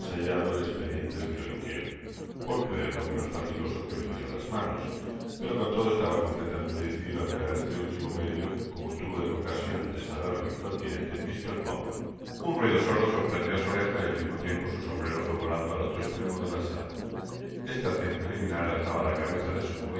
el espediente del lloriqueo por creerlo menos fatigoso que venir á las manos pero con todo estaba completamente decidida á emplear este ultimo medio como tuvo ocasion de saberlo incontinenti mr bum ble un ruido sordo sorprendió á su oreja y al mismo tiempo su sombrero fué volando al otro estremo de la sala esta accion preliminar dejaba la cabeza de su